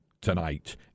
tonight